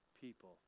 people